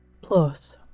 Plus